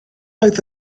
oedd